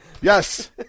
Yes